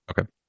okay